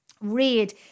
Read